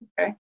Okay